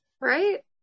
right